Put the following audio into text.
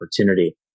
opportunity